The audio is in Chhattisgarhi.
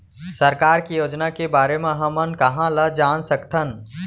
सरकार के योजना के बारे म हमन कहाँ ल जान सकथन?